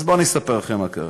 אז בואו אני אספר לכם מה קורה: